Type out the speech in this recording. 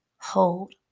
hold